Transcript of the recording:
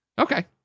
okay